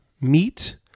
meat